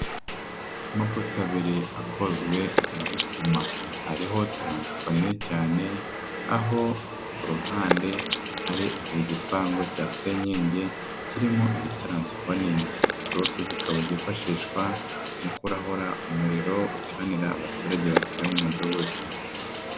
Amapota abiri akozwe muri sima, ariho taransifo nini cyane aho ku ruhande hari igipangu cya senyege kirimo taransifo nini, zose zikaba zifashishwa mu kurahura umuriro ucanira abaturage batuye mu Mudugudu.